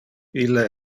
ille